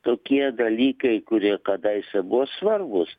tokie dalykai kurie kadaise buvo svarbūs